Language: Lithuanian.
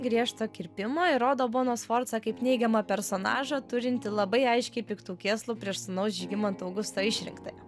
griežto kirpimo įrodo bona sforza kaip neigiamą personažą turintį labai aiškiai piktų kėslų prieš sūnaus žygimanto augusto išrinktąją